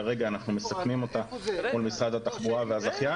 כרגע אנחנו מסכמים אותה מול משרד התחבורה והזכיין